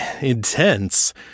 intense